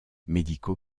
médico